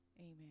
Amen